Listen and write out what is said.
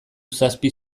zazpi